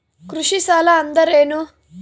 ಕೃಷಿ ಸಾಲ ಅಂದರೇನು?